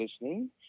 listening